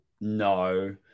No